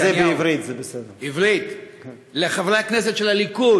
אל חברי הכנסת של הליכוד,